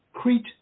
Crete